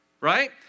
right